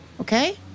Okay